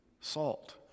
salt